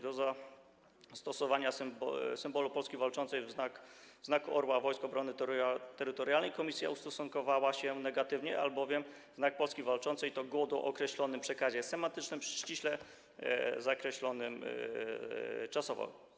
Do zastosowania symbolu Polski Walczącej w znaku orła Wojsk Obrony Terytorialnej komisja ustosunkowała się negatywnie, albowiem Znak Polski Walczącej to godło o określonym przekazie semantycznym, ściśle zakreślonym czasowo.